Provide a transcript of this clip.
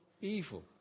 evil